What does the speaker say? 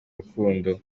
rukundo